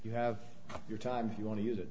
you have your time if you want to use it